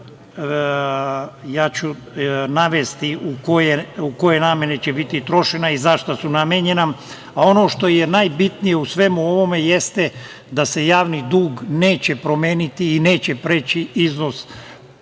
ja ću navesti u koje namene će biti trošena i zašta su namenjena, a ono što je najbitnije u svemu ovome jeste da se javni dug neće promeniti i neće preći iznos